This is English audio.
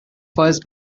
first